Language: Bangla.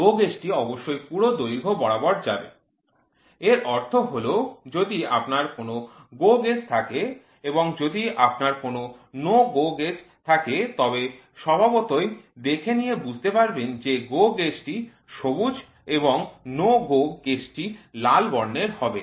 GO gauge টি অবশ্যই পুরো দৈর্ঘ্যে বরাবর যাবে এর অর্থ হল যদি আপনার কোন GO gauge থাকে এবং যদি আপনার কোন NO GO gauge থাকে তবে স্বভাবতই দেখে নিয়ে বুঝতে পারবেন যে GO দিকটি সবুজ এবং NO GO দিকটি লাল বর্ণের হবে